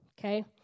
Okay